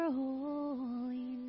holy